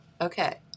Okay